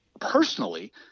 Personally